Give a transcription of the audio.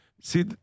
See